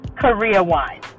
career-wise